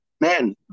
Man